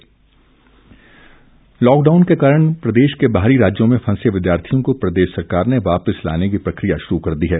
वापिसी लॉकडाउन के कारण प्रदेश के बाहरी राज्यों में फंसे विद्यार्थियों को प्रदेश सरकार ने वापिस लाने की प्रक्रिया शुरू कर दी है